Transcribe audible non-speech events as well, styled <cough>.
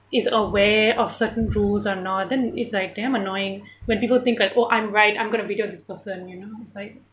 is aware of certain rules or not then it's like damn annoying <breath> when people think like oh I'm right I'm going to video this person you know it's like